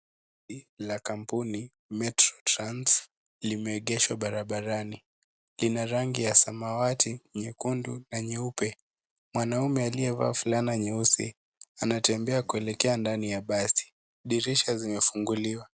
Basi la kampuni metrotrans limeegeshwa barabarani. Lina rangi ya samawati, nyekundu na nyeupe. Mwanaume aliyevaa fulana nyeusi anatembea kuelekea ndani ya basi. Dirisha zimefunguliwa.